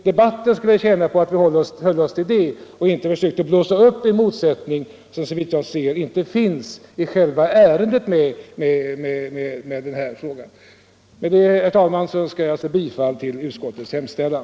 Debatten skulle nu därför tjäna på att vi inte försöker blåsa upp en motsättning som, såvitt jag kan se, inte finns i det nu aktuella ärendet. Med detta, herr talman, ber jag att få yrka bifall till utskottets hemställan.